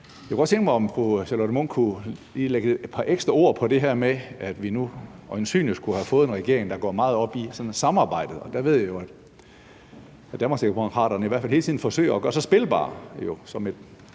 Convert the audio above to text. Jeg kunne godt tænke mig, om fru Charlotte Munch lige kunne lægge et par ekstra ord på det her med, at vi nu øjensynlig skulle have fået en regering, der sådan går meget op i samarbejde. Der ved jeg, at Danmarksdemokraterne i hvert fald hele tiden forsøger at gøre sig spilbare som –